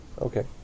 Okay